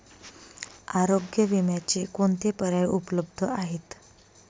आरोग्य विम्याचे कोणते पर्याय उपलब्ध आहेत?